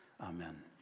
Amen